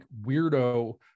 weirdo